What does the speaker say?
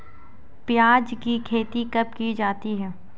प्याज़ की खेती कब की जाती है?